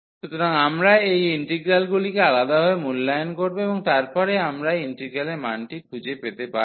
সুতরাং আমরা এই ইন্টিগ্রালগুলিকে আলাদাভাবে মূল্যায়ন করব এবং তারপরে আমরা ইন্টিগ্রালের মানটি খুঁজে পেতে পারি